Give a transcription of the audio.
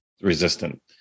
resistant